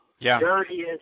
dirtiest